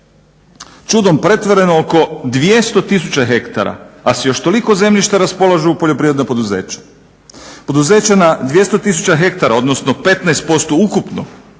čudom pretvoreno oko 200 tisuća ha a s još toliko zemljišta raspolažu poljoprivredna poduzeća. Poduzeće na 200 tisuća ha odnosno 15% ukupno